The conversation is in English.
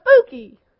spooky